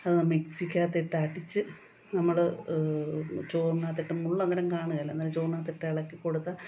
അതു മിക്സിക്കകത്തിട്ടടിച്ചു നമ്മൾ ചോറിനകത്തിട്ട് മുള്ള് അന്നേരം കാണുകേല അന്നേരം ചോറിനകത്തിട്ടിളക്കിക്കൊടുത്താൽ